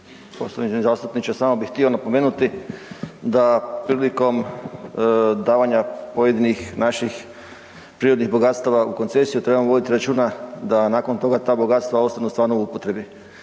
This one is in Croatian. poštovani zastupniče. Samo bih htio napomenuti da prilikom davanja pojedinih naših prirodnih bogatstava u koncesiju, treba voditi računa da nakon toga ta bogatstva ostanu stvarno u upotrebi.